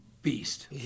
beast